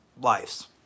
lives